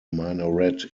minaret